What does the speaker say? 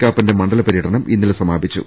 കാപ്പന്റ മണ്ഡല പര്യടനം ഇന്നലെ സമാപിച്ചു